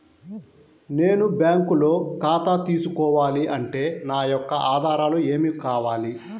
నేను బ్యాంకులో ఖాతా తీసుకోవాలి అంటే నా యొక్క ఆధారాలు ఏమి కావాలి?